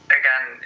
again